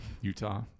Utah